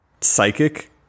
psychic